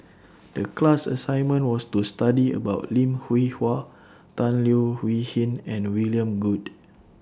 The class assignment was to study about Lim Hwee Hua Tan Leo Wee Hin and William Goode